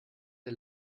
der